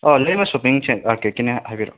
ꯂꯩꯃ ꯁꯣꯄꯤꯡꯅꯦ ꯀꯔꯤ ꯀꯔꯤꯅꯣ ꯍꯥꯏꯕꯤꯔꯛꯑꯣ